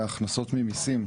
ההכנסות ממיסים,